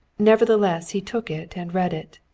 nevertheless he took it and read it.